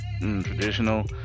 traditional